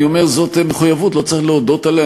אני אומר: זאת מחויבות, לא צריך להודות עליה.